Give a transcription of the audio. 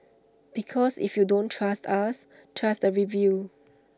because if you don't trust us trust the reviews